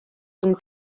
une